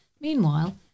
Meanwhile